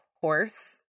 horse